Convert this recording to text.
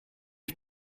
ich